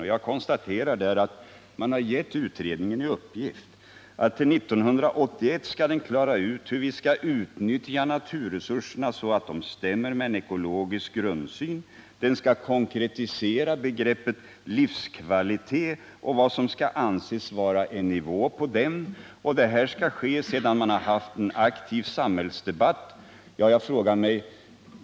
Jag kan konstatera att man gett utredningen i uppgift att till 1981 klara ut hur vi skall utnyttja naturresurserna så att det stämmer med en ekologisk grundsyn samt konkretisera begreppet livskvalitet och vad som skall avses med en nivå på den. Detta skall ske sedan vi haft en aktiv samhällsdebatt.